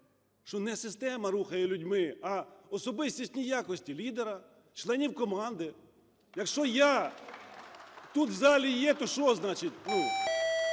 Що не система рухає людьми, а особистісні якості лідера, членів команди. Якщо я тут, в залі, є, то що значить?